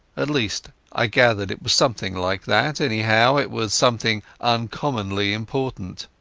at least i gathered it was something like that anyhow, it was something uncommonly important.